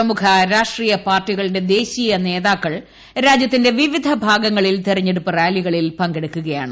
പ്രമുഖ രാഷ്ട്രീയ പാർട്ടികളുടെ ദേശീയ ന്താക്കൾ രാജ്യത്തിന്റെ വിവിധ ഭാഗങ്ങളിൽ തെരഞ്ഞെടുപ്പ് റാലികളിൽ പങ്കെടുക്കുകയാണ്